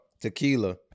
tequila